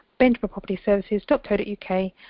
BenjaminPropertyServices.co.uk